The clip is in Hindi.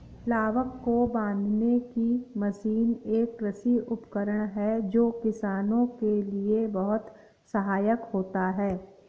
लावक को बांधने की मशीन एक कृषि उपकरण है जो किसानों के लिए बहुत सहायक होता है